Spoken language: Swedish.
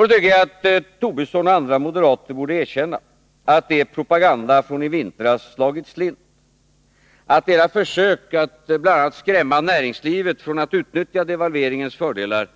Då tycker jag att Lars Tobisson och andra moderater borde erkänna att er propaganda från i vintras slagit slint och att era försök att bl.a. skrämma näringslivet från att utnyttja devalveringens fördelar